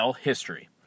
history